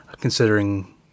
considering